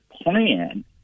plan